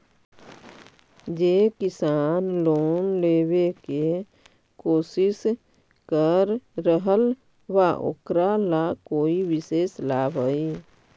जे किसान लोन लेवे के कोशिश कर रहल बा ओकरा ला कोई विशेष लाभ हई?